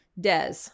Des